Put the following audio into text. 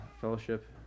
fellowship